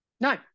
No